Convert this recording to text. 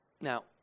Now